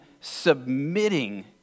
submitting